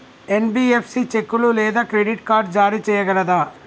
NBFC చెక్కులు లేదా credit card జారీ చేయగలదా?